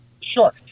Sure